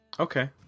Okay